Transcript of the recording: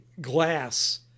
glass